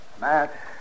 Matt